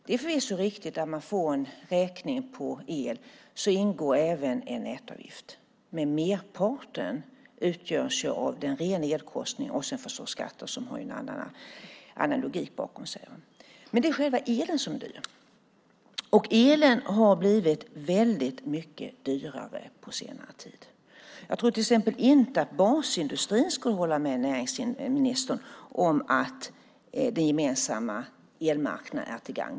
Det är förvisso riktigt att när man får en räkning på el ingår även en nätavgift, men merparten utgörs av den rena elkostnaden och skatter förstås som har en annan logik bakom sig. Det är själva elen som är dyr, och den har blivit väldigt mycket dyrare på senare tid. Jag tror till exempel inte att basindustrin skulle hålla med näringsministern om att den gemensamma elmarknaden är till gagn.